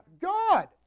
God